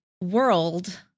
world